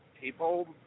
people